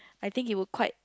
I think he would quite